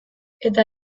eta